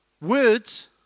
Words